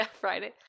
Friday